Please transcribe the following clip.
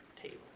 table